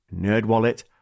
NerdWallet